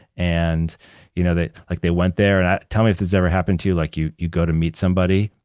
and you know they like they went there and, tell me if this ever happened to you. like you you go to meet somebody,